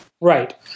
Right